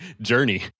journey